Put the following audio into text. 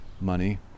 money